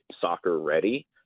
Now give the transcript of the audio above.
soccer-ready